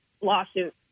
lawsuit